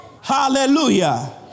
Hallelujah